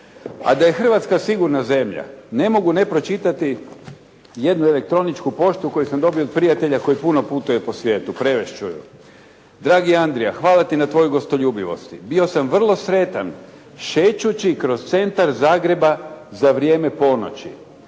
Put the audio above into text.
A da je Hrvatska sigurna zemlja ne mogu ne pročitati jednu elektroničku poštu koju sam dobio od prijatelja koji puno putuje po svijetu. Prevesti ću ju. Dragi Andrija, hvala ti na tvojoj gostoljubivosti. Bio sam vrlo sretan šećući kroz centar Zagreba za vrijeme ponoći.